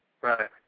Right